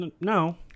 no